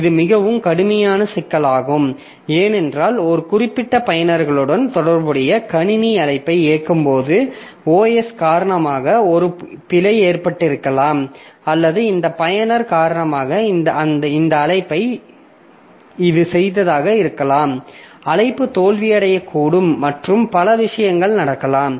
இது மிகவும் கடுமையான சிக்கலாகும் ஏனென்றால் ஒரு குறிப்பிட்ட பயனர்களுடன் தொடர்புடைய கணினி அழைப்பை இயக்கும்போது OS காரணமாக ஒரு பிழை ஏற்பட்டிருக்கலாம் அல்லது இந்த பயனரின் காரணமாக இந்த அழைப்பை இது செய்ததாக இருக்கலாம் அழைப்பு தோல்வியடையக்கூடும் மற்றும் பல விஷயங்கள் நடக்கலாம்